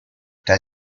der